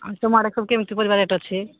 ତୁମ ଆଡ଼େ ସବୁ କେମିତି ପରିବା ରେଟ୍ ଅଛି